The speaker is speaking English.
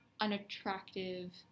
unattractive